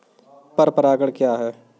पर परागण क्या है?